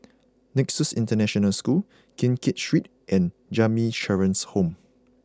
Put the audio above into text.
Nexus International School Keng Kiat Street and Jamiyah Children's Home